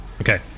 Okay